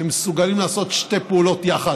שמסוגלים לעשות שתי פעולות יחד,